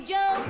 Joe